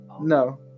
No